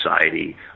society